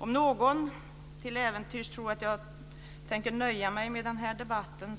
Om någon till äventyrs tror att jag tänker nöja mig med den här debatten